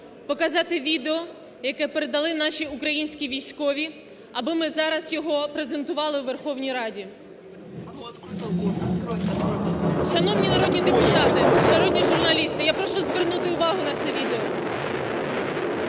показати відео, яке передали наші українські військові, аби ми зараз його презентували у Верховній Раді. Шановні народні депутати, шановні журналісти, я прошу звернути увагу на це відео.